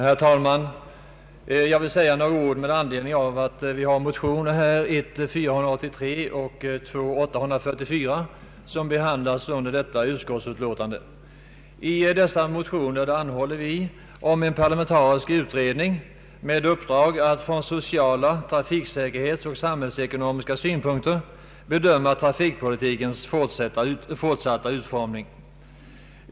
Herr talman! Jag skall be att få säga några ord i anledning av motionerna I: 483 och II: 844 som behandlas i detta utskottsutlåtande. I dessa motioner anhåller vi om en parlamentarisk utredning med uppdrag att från sociala, trafiksäkerhetsoch samhällsekonomiska synpunkter bedöma =<trafikpolitikens fortsatta utformning.